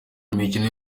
imikino